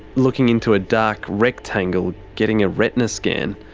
looking into a dark rectangle getting a retina scan.